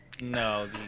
No